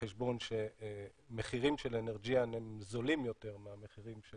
בחשבון שמחירים של אנרג'יאן הם זולים יותר מהמחירים של